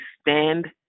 stand